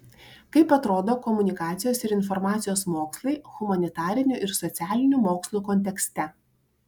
kaip atrodo komunikacijos ir informacijos mokslai humanitarinių ir socialinių mokslų kontekste